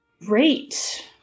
Great